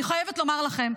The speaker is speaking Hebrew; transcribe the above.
אני חייבת לומר לכם,